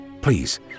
Please